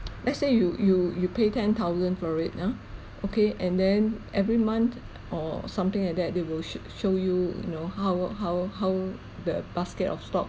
let's say you you you pay ten thousand for it ya okay and then every month or something like that they will sh~ show you you know how how how the basket of stock